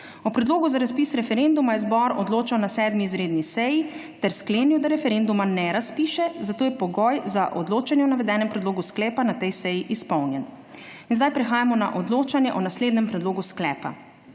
O predlogu za razpis referenduma je zbor odločal na 7. izredni seji ter sklenil, da referenduma ne razpiše, zato je pogoj za odločanje o navedenem predlogu sklepa na tej seji izpolnjen. In zdaj prehajamo na odločanje o naslednjem predlogu sklepa: